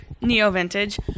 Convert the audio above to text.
Neo-vintage